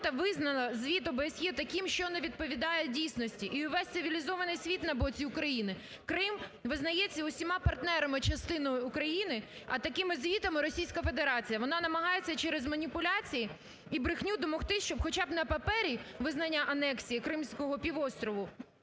визнала Звіт ОБСЄ таким, що не відповідає дійсності і увесь цивілізований світ на боці України. Крим визнається усіма партнерами частиною України, а такими звітами Російська Федерація вона намагається через маніпуляції і брехню домогтися, щоб хоча б на папері визнання анексії Кримського півострову